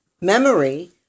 memory